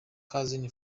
cousin